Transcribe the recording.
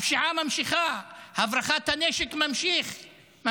הפשיעה נמשכת, הברחת הנשק נמשכת,